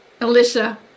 Alicia